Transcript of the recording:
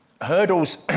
hurdles